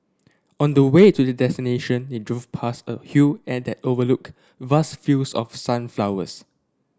on the way to their destination they drove past a hill and that overlooked vast fields of sunflowers